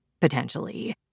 potentially